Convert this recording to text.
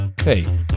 Hey